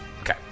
Okay